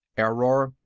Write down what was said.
error?